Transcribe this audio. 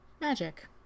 magic